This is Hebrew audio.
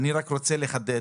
אני רק רוצה לחדד.